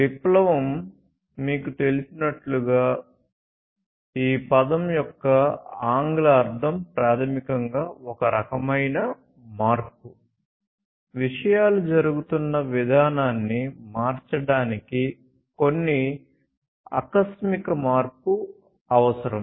విప్లవం మీకు తెలిసినట్లుగా ఈ పదం యొక్క ఆంగ్ల అర్ధం ప్రాథమికంగా ఒక రకమైన మార్పు విషయాలు జరుగుతున్న విధానాన్ని మార్చడానికి కొన్ని ఆకస్మిక మార్పు అవసరం